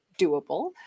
doable